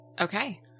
Okay